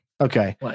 Okay